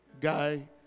guy